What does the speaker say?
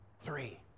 Three